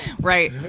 Right